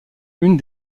une